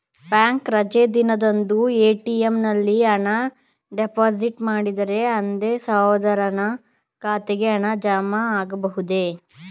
Bank ರಜೆ ದಿನದಂದು ATM ನಲ್ಲಿ ಹಣ ಡಿಪಾಸಿಟ್ ಮಾಡಿದರೆ ಅಂದೇ ಸಹೋದರನ ಖಾತೆಗೆ ಹಣ ಜಮಾ ಆಗಬಹುದೇ?